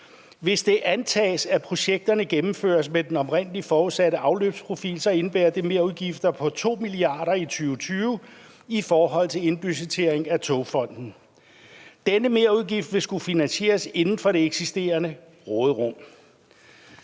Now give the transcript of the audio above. Hvis det antages, at projekterne gennemføres med den oprindelig forudsatte afløbsprofil, indebærer det merudgifter på 2 mia. kr. i 2020 i forhold til indbudgettering af Togfonden DK. Denne merudgift vil skulle finansieres inden for det eksisterende råderum.